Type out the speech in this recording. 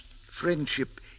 Friendship